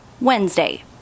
Wednesday